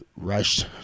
rush